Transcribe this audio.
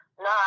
No